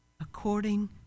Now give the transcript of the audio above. according